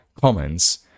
comments